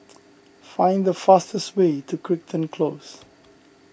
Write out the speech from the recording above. find the fastest way to Crichton Close